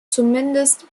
zumindest